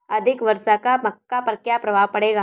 अधिक वर्षा का मक्का पर क्या प्रभाव पड़ेगा?